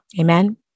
amen